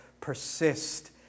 persist